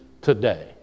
today